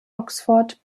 oxford